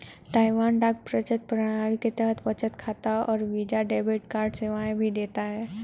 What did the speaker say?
Taiwan डाक बचत प्रणाली के तहत बचत खाता और वीजा डेबिट कार्ड सेवाएं भी देता है